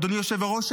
אדוני היושב-ראש,